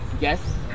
Yes